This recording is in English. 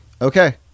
Okay